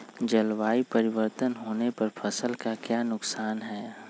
जलवायु परिवर्तन होने पर फसल का क्या नुकसान है?